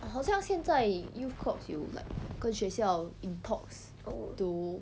好像现在 youth corps 有 like 跟学校 in talks to